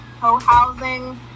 Cohousing